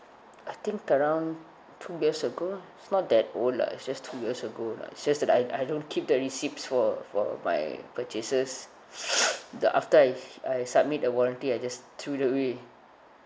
I think around two years ago lah it's not that old lah it's just two years ago lah it's just that I I don't keep the receipts for for my purchases the after I I submit a warranty I just threw it away